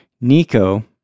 Nico